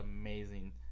amazing